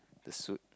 the suit